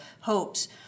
hopes